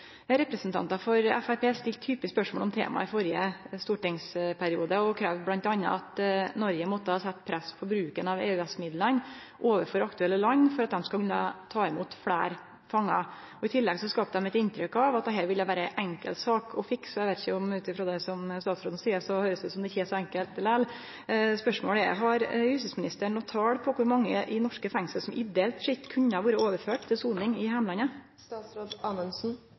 Representantar for Framstegspartiet stilte hyppig spørsmål om temaet i førre stortingsperiode og kravde m.a. at Noreg måtte setje press på bruken av EØS-midlane overfor aktuelle land for at dei skulle ta imot fleire fangar. I tillegg skapte dei eit inntrykk av at dette ville vere ei enkel sak å fikse. Eg veit ikkje, men ut frå det som statsråden seier, høyrest det ut som om det ikkje er så enkelt lell! Spørsmålet er: Har justisministeren nokon tal på kor mange i norske fengsel som ideelt sett kunne ha vore overførte til soning i